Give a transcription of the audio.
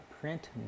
print